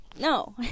no